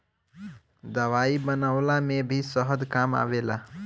दवाई बनवला में भी शहद काम आवेला